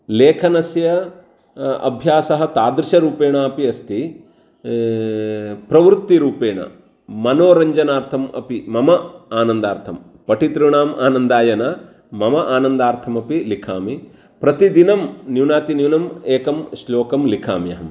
लेखनस्य अभ्यासःतादृशरूपेणापि अस्ति प्रवृत्तिरूपेण मनोरञ्जनार्थम् अपि मम आनन्दार्थं पठितॄणाम् आनन्दाय न मम आनन्दार्थमपि लिखामि प्रतिदिनं न्यूनातिन्यूनम् एकं श्लोकं लिखाम्यहं